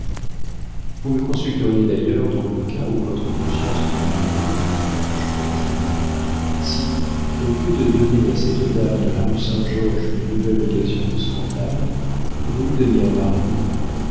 vous me consulteriez d'ailleurs dans le cas où votre conscience murmurerait ajouta-t-il si au lieu de donner à cette dame de la rue saint-georges une nouvelle occasion de scandale vous lui donniez un mari